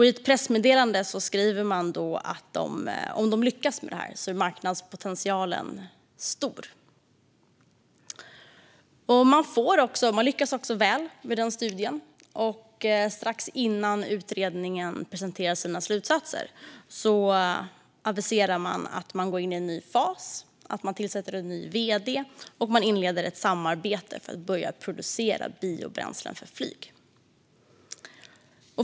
I ett pressmeddelande skriver man att marknadspotentialen är stor om man lyckas med detta. Man lyckas också väl i studien, och strax innan utredningen presenterar sina slutsatser aviserar man att man går in i en ny fas, tillsätter en ny vd och inleder ett samarbete för att börja producera biobränsle för flyg.